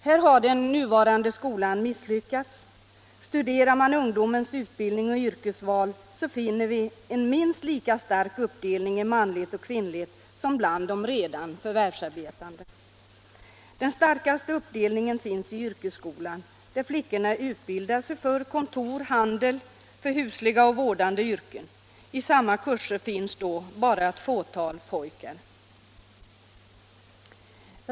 Här har den nuvarande skolan misslyckats. Studerar vi ungdomens utbildning och yrkesval, finner vi en minst lika stor uppdelning i manligt och kvinnligt som bland de redan förvärvsarbetande. Den starkaste uppdelningen sker i yrkesskolan, där flickorna utbildar sig för kontor, handel och husliga och vårdande yrken. I samma kurser finns då bara ett fåtal pojkar.